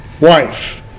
wife